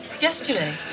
...yesterday